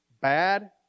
bad